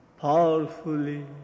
powerfully